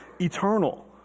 eternal